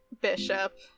Bishop